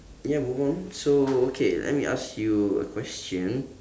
ya move on so okay let me ask you a question